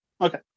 okay